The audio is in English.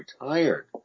retired